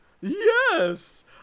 Yes